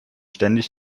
ständig